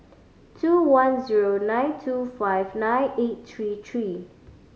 two one zero nine two five nine eight three three